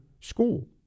school